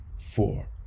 four